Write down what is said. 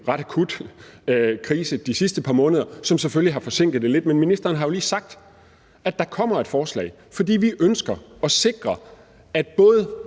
ret akut krise de sidste par måneder, som selvfølgelig har forsinket det lidt. Men ministeren har jo lige sagt, at der kommer et forslag, fordi vi ønsker at sikre, at både